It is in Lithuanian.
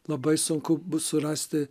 labai sunku bus surasti